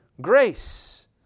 grace